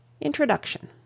Introduction